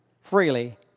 freely